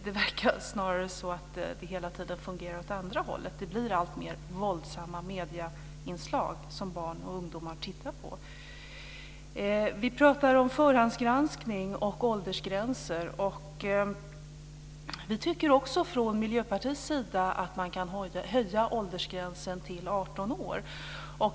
Det verkar snarare så att det hela tiden fungerar åt andra hållet. Det blir alltfler våldsamma medieinslag som barn och ungdomar tittar på. Vi pratar om förhandsgranskning och åldersgränser. Vi tycker också från Miljöpartiets sida att man kan höja åldersgränsen till 18 år.